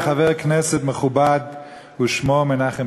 מטורף,